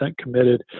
committed